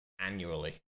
annually